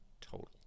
total